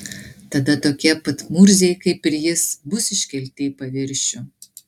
tada tokie pat murziai kaip ir jis bus iškelti į paviršių